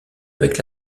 avec